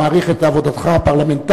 אני מעריך את עבודתך הפרלמנטרית.